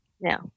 no